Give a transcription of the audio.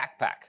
backpack